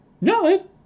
No